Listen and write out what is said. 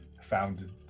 founded